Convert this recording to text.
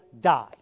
die